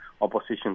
opposition